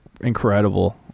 incredible